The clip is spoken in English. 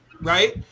right